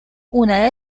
una